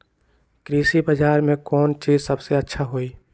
कृषि बजार में कौन चीज सबसे अच्छा होई?